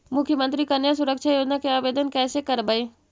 मुख्यमंत्री कन्या सुरक्षा योजना के आवेदन कैसे करबइ?